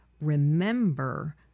remember